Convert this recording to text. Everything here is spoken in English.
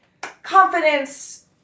confidence